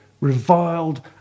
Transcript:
reviled